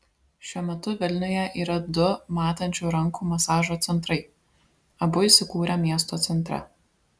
šiuo metu vilniuje yra du matančių rankų masažo centrai abu įsikūrę miesto centre